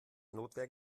notwehr